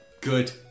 Good